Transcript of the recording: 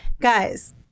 Guys